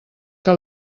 que